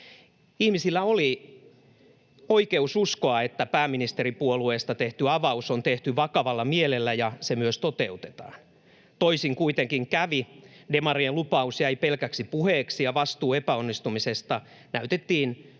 Ihmisillä oli oikeus uskoa, että pääministeripuolueesta tehty avaus on tehty vakavalla mielellä ja se myös toteutetaan. Toisin kuitenkin kävi — demarien lupaus jäi pelkäksi puheeksi, ja vastuu epäonnistumisesta näytettiin